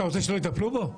אתה רוצה שלא יטפלו בו?